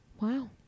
Wow